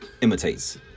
Imitates